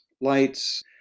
lights